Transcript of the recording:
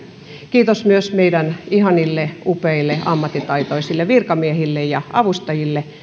kiitos myös meidän ihanille upeille ammattitaitoisille virkamiehillemme ja avustajillemme